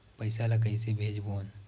पईसा ला कइसे भेजबोन?